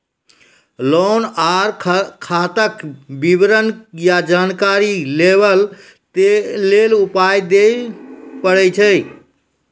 Loan आर खाताक विवरण या जानकारी लेबाक लेल पाय दिये पड़ै छै?